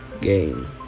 game